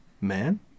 Man